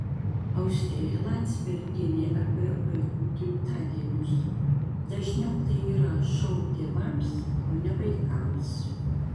austėja landsbergienė apie vaikų gimtadienius dažniau tai yra šou tėvams o ne vaikams